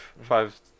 five